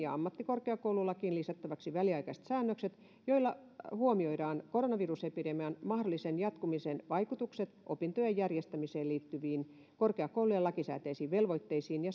ja ammattikorkeakoululakiin lisättäväksi väliaikaiset säännökset joilla huomioidaan koronavirusepidemian mahdollisen jatkumisen vaikutukset opintojen järjestämiseen liittyviin korkeakoulujen lakisääteisiin velvoitteisiin ja